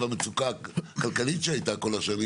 המצוקה הכלכלית שהייתה שם כל השנים.